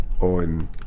on